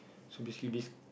so basically this